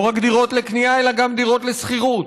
ולא רק דירות לקנייה אלא גם דירות לשכירות.